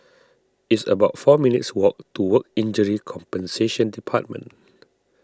it's about four minutes' walk to Work Injury Compensation Department